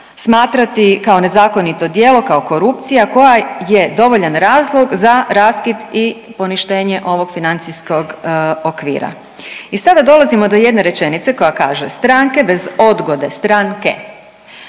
smatrati kao nezakonito djelo, kao korupcija koja je dovoljan razlog za raskid i poništenje ovog financijskog okvira. I sada dolazimo do jedne rečenice koja kaže: „Stranke bez odgode stranke